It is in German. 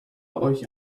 euch